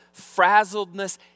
frazzledness